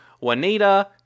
Juanita